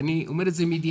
ואני אומר את זה מידיעה,